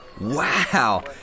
Wow